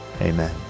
Amen